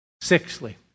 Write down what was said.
Sixthly